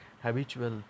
habitual